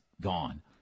gone